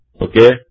Okay